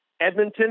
Edmonton